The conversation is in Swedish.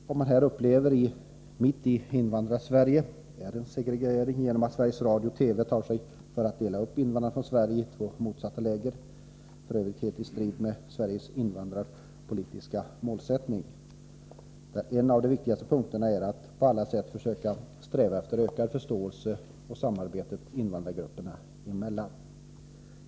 Vad vi här upplever mitt i Invandrarsverige är en segregering genom att Sveriges Radio och Sveriges Television tar sig för att dela upp invandrarna från Finland i två motsatta läger — helt i strid med Sveriges invandrarpolitiska målsättning, där en av de viktigaste punkterna är att på alla sätt försöka sträva efter att öka förståelsen och samarbetet invandrargrupperna emellan.